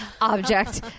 object